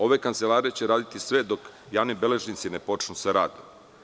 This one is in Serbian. Ove kancelarije će raditi sve dok javni beležnici ne počnu sa radom.